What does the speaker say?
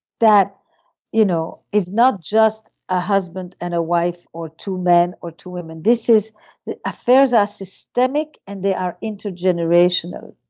that you know is not just a husband and a wife or two men or two women, this is the affairs are systemic and they are intergenerational.